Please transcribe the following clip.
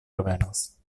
revenos